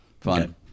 fun